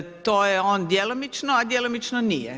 To je ono djelomično a djelomično nije.